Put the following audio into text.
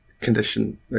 condition